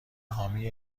حامی